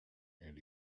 and